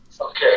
Okay